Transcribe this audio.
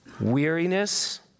weariness